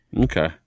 okay